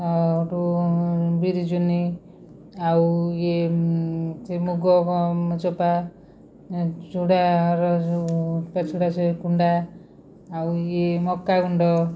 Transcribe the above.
ଆଉ ହେଟୁ ବିରି ଚୁନି ଆଉ ଇଏ ସେ ମୁଗ ଚୋପା ଚୁଡ଼ା ର ଯେଉଁ ପାଛୁଡ଼ା ସେ କୁଣ୍ଡା ଆଉ ଇଏ ମକା ଗୁଣ୍ଡ